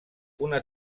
una